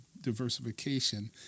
diversification